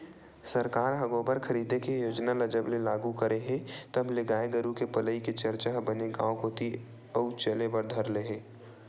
सरकार ह गोबर खरीदे के योजना ल जब ले लागू करे हे तब ले गाय गरु के पलई के चरचा ह बने गांव कोती अउ चले बर धर ले हे